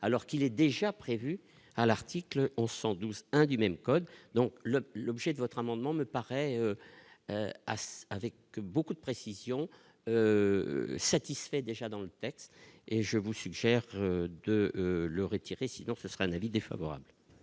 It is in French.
alors qu'il est déjà prévue à l'article 112 1 du même code donc le l'objet de votre amendement me paraît assez avec beaucoup de précision. Satisfait déjà dans le texte et je vous suggère de le retirer, sinon ce serait un avis défavorable.